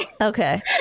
okay